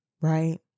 Right